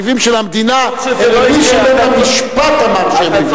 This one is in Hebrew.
אויבים של המדינה אלה מי שבית-המשפט אמר שהם אויבים של המדינה.